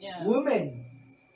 women